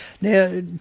Now